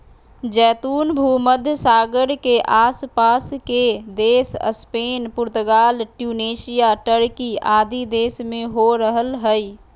जैतून भूमध्य सागर के आस पास के देश स्पेन, पुर्तगाल, ट्यूनेशिया, टर्की आदि देश में हो रहल हई